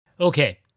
Okay